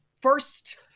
first